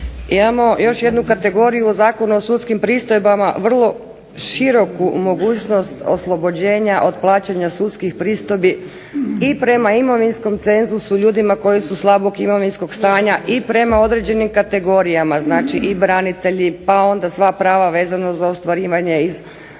Imamo još jednu kategoriju u Zakonu o sudskim pristojbama vrlo široku mogućnost oslobođenja od plaćanja sudskih pristojbi i prema imovinskom cenzusu ljudima koji su slabog imovinskog stanja, i prema određenim kategorijama, znači i branitelji, pa onda sva prava vezano za ostvarivanje iz Zakona